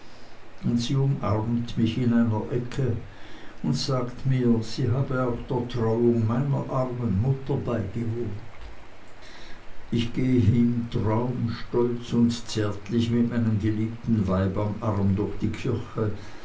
umarmt mich in einer ecke und sagt mir sie habe auch der trauung meiner armen mutter beigewohnt ich gehe im traum stolz und zärtlich mit meinem geliebten weib am arm durch die kirche